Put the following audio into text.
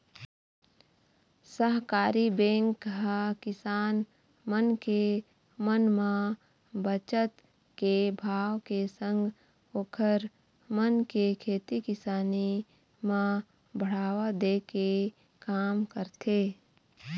सहकारी बेंक ह किसान मन के मन म बचत के भाव के संग ओखर मन के खेती किसानी म बढ़ावा दे के काम करथे